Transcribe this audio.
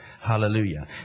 Hallelujah